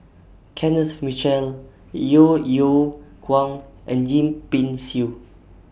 Kenneth Mitchell Yeo Yeow Kwang and Yip Pin Xiu